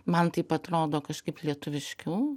man taip atrodo kažkaip lietuviškiau